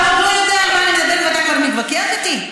אתה עוד לא יודע על מה אני מדברת ואתה כבר מתווכח איתי?